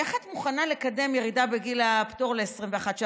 איך את מוכנה לקדם ירידה בגיל הפטור ל-21?